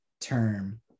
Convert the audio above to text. term